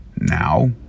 Now